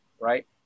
right